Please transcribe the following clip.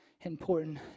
important